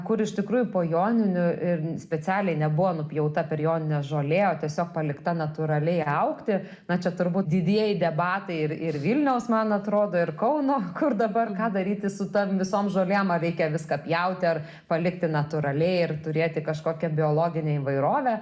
kur iš tikrųjų po joninių ir specialiai nebuvo nupjauta per jonines žolė o tiesiog palikta natūraliai augti na čia turbūt didieji debatai ir ir vilniaus man atrodo ir kauno kur dabar ką daryti su ta visom žolėm ar reikia viską pjauti ar palikti natūraliai ir turėti kažkokią biologinę įvairovę